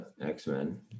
X-Men